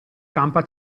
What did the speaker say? campa